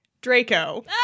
Draco